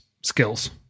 skills